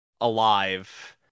alive